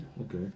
Okay